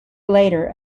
later